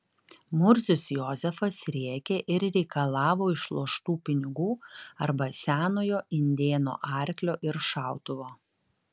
murzius jozefas rėkė ir reikalavo išloštų pinigų arba senojo indėno arklio ir šautuvo